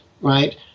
right